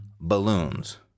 balloons